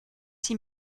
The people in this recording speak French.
six